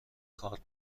کارت